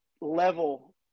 level